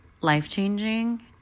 life-changing